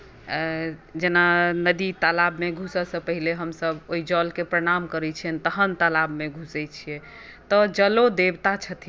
जेना नदी तालाबमे घुसऽसॅं पहिने हमसभ ओहि जलकेँ प्रणाम करै छियनि तहन ओ तालाबमे घुसै छियै तऽ जलो देवता छथिन